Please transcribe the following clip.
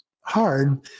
hard